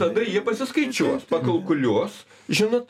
tada jie pasiskaičiuos pakalkuliuos žinot